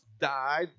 died